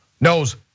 knows